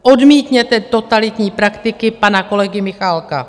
Odmítněte totalitní praktiky pana kolegy Michálka.